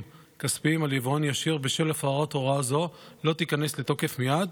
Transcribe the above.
כספיים על יבואן ישיר בשל הפרת הוראה זו לא תיכנס לתוקף מייד,